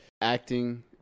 Acting